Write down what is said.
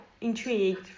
intrigued